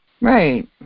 Right